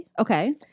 Okay